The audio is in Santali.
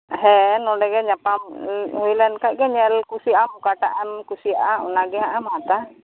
ᱦᱮᱸ ᱱᱚᱸᱰᱮᱜᱮ ᱧᱟᱯᱟᱢ ᱦᱩᱭ ᱞᱮᱱ ᱠᱷᱟᱡ ᱜᱮ ᱧᱮᱞ ᱠᱩᱥᱤᱜᱼᱟᱢ ᱚᱠᱟᱴᱟᱜ ᱮᱢ ᱠᱩᱥᱤᱭᱟᱜᱼᱟ ᱚᱱᱟᱜᱮ ᱦᱟᱸᱜ ᱮᱢ ᱦᱟᱛᱟᱣᱟ